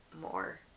more